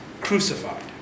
crucified